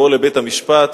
בבואו לבית-המשפט.